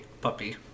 puppy